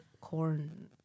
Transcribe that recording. corn